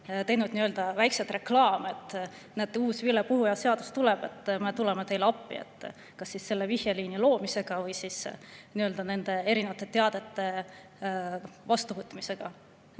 teinud väikselt reklaami, et näete, uus vilepuhujaseadus tuleb, me tuleme teile appi kas selle vihjeliini loomisega või nende erinevate teadete vastuvõtmisega.